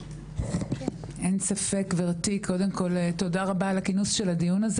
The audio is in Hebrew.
תודה רבה על כינוס הדיון,